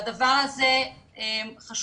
הדבר הזה הוא חשוב.